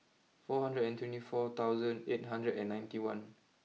four hundred and twenty four thousand eight hundred and ninety one